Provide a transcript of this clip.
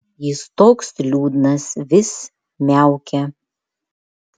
jis toks liūdnas vis miaukia